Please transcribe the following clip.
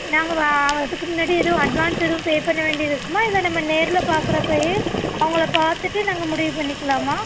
நாங்க அதுக்கு முன்னாடியே எதுவும் அட்வான்ஸ் எதுவும் பே பண்ண வேண்டியது இருக்குமா இல்லை நம்ம நேரில் பார்க்குறப்பையே அவங்கள பார்த்துட்டு நாங்கள் முடிவு பண்ணிக்கலாமா